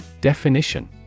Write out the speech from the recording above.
Definition